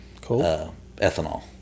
ethanol